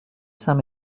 saint